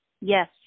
Yes